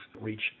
reach